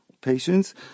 patients